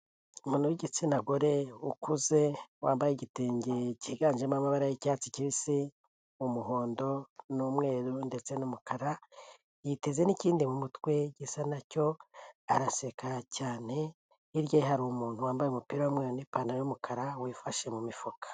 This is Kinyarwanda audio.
Umuntu w'igitsina gore ukuze wambaye igitenge kiganjemo amabara y'icyatsi kibisi, umuhondo, n'umweru ndetse n'umukara. Yiteze n'ikindi mu mutwe gisa nacyo arasekara cyane hirya ye hari umuntu wambaye umupira w'umweru n'ipantaro y'umukara wifashe mu mifuka.